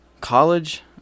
College